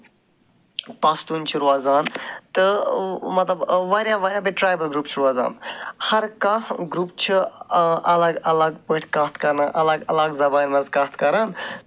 پَستوٗنۍ چھِ روزان تہٕ مطلب واریاہ واریاہ بیٚیہِ ٹرٛایبَل گرُپ چھِ روزان ہَر کانٛہہ گرُپ چھِ اَلگ اَلگ پٲٹھۍ کَتھ کرنہٕ اَلگ اَلگ زَبانہِ منٛز کَتھ کران